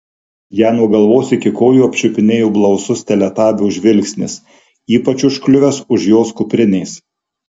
ją nuo galvos iki kojų apčiupinėjo blausus teletabio žvilgsnis ypač užkliuvęs už jos kuprinės